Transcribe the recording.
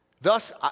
Thus